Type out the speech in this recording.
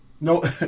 no